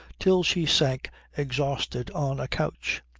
till she sank exhausted on a couch.